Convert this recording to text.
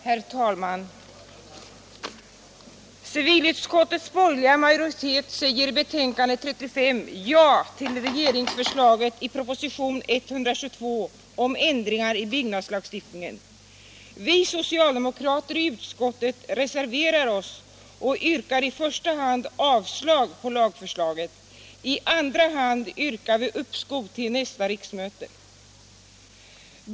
Herr talman! Civilutskottets borgerliga majoritet säger i förevarande betänkande ja till regeringsförslaget i propositionen 1976/77:122 om ändring i byggnadslagen. Vi socialdemokrater i utskottet har reserverat oss och yrkar i första hand avslag på lagförslaget. I andra hand yrkar vi uppskov till nästa riksmöte.